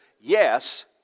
yes